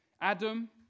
Adam